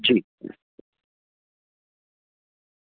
જી